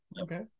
okay